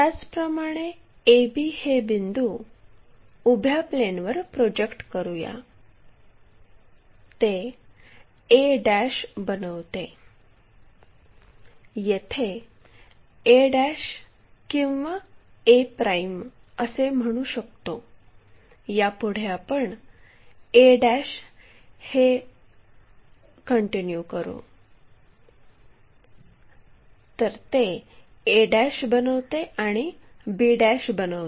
त्याचप्रमाणे आपण A B हे बिंदू उभ्या प्लेनवर प्रोजेक्ट करूया ते a बनवते आणि b बनवते